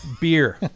beer